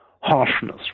harshness